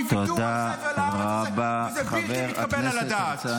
היא ויתור על חבל הארץ הזה -- תודה רבה חבר הכנסת הרצנו.